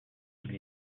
qu’il